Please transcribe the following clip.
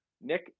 Nick